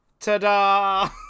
Ta-da